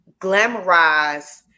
glamorize